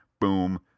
Boom